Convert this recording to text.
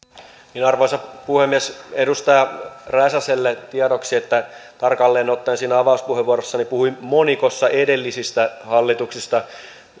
arvoisa puhemies edustaja räsäselle tiedoksi että tarkalleen ottaen siinä avauspuheenvuorossani puhuin monikossa edellisistä hallituksista